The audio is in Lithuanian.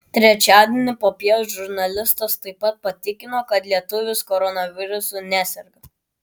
trečiadienį popiet žurnalistas taip pat patikino kad lietuvis koronavirusu neserga